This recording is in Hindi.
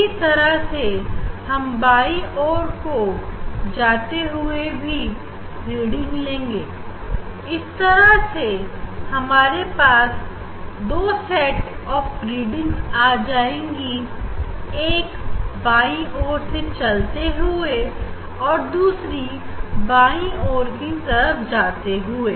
इसी तरह से हम बाई और को जाते हुए भी रीडिंग लेंगे इस तरीके से हमारे पास दो सेट ऑफ रीडिंग आ जाएंगी एक बाय और से चलते हुए और दूसरा बाय और की तरफ आते हुए